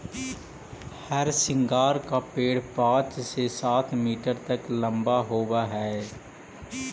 हरसिंगार का पेड़ पाँच से सात मीटर तक लंबा होवअ हई